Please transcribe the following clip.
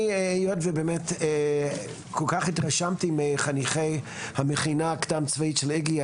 היות ובאמת כל כך התרשמתי מחניכי הקדם צבאית של איגי,